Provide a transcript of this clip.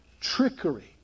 Trickery